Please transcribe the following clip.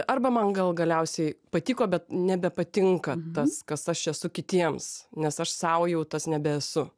arba man gal galiausiai patiko bet nebepatinka tas kas aš esu kitiems nes aš sau jau tas nebesu